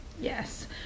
Yes